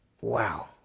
Wow